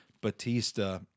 Batista